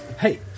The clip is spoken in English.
hey